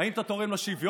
תוציא אותו.